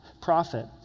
Prophet